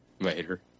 Later